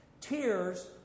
Tears